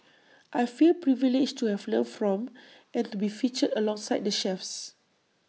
I feel privileged to have learnt from and to be featured alongside the chefs